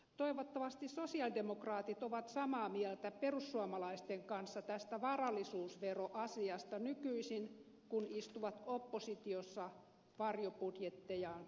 toivottavasti sosialidemokraatit ovat samaa mieltä perussuomalaisten kanssa tästä varallisuusveroasiasta nykyi sin kun istuvat oppositiossa varjobudjettejaan laatimassa